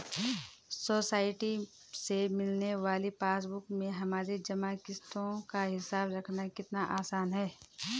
society से मिलने वाली पासबुक में हमारी जमा किश्तों का हिसाब रखना कितना आसान है